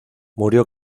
murió